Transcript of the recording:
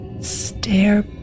stare